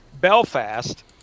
Belfast